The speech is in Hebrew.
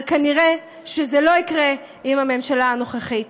אבל, כנראה זה לא יקרה עם הממשלה הנוכחית.